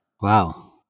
Wow